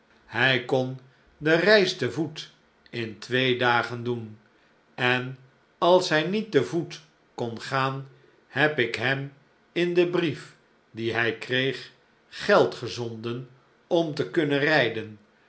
hij kon de reis te voet in twee dagen doen en als hij niet te voet kon gaan heb ik hem in den brief dien hij kreeg geld gezonden om te kunnen rijden